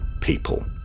people